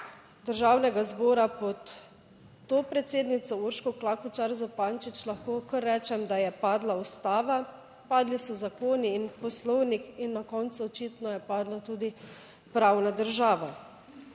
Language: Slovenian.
Državnega zbora pod to predsednico Urško Klakočar Zupančič lahko kar rečem, da je padla Ustava, padli so zakoni in Poslovnik in na koncu očitno je padla tudi pravna država.